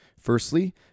Firstly